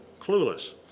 clueless